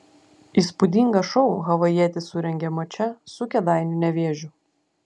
įspūdingą šou havajietis surengė mače su kėdainių nevėžiu